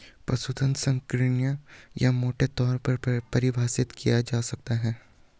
पशुधन संकीर्ण या मोटे तौर पर परिभाषित किया जा सकता है